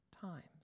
times